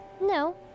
No